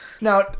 Now